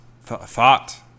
Thought